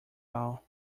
all